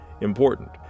important